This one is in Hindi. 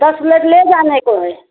दस प्लेट ले जाने को है